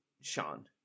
Sean